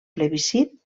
plebiscit